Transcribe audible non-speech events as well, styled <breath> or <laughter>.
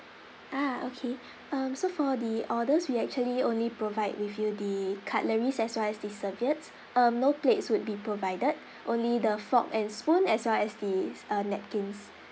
ah okay <breath> um so for the orders we actually only provide with you the cutleries as well as the serviettes um no plates would be provided <breath> only the fork and spoon as well as the s~ uh napkins